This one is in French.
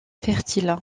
fertiles